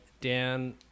Dan